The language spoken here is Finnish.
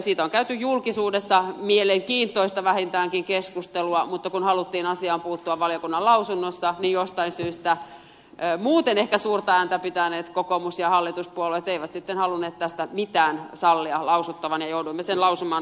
siitä on käyty julkisuudessa vähintäänkin mielenkiintoista keskustelua mutta kun haluttiin asiaan puuttua valiokunnan lausunnossa niin jostain syystä muuten ehkä suurta ääntä pitäneet kokoomus ja hallituspuolueet eivät halunneet tästä sallia mitään lausuttavan ja jouduimme tahtomme lausumaan vastalauseessa